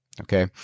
Okay